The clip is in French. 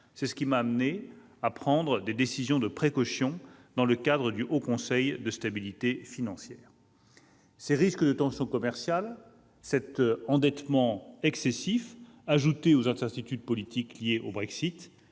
C'est ce qui m'a amené à prendre des décisions de précaution dans le cadre du Haut Conseil de stabilité financière. Ces risques de tensions commerciales, cet endettement excessif, ajoutés aux incertitudes politiques liées au Brexit,